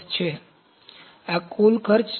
તેથી આ કુલ ખર્ચ છે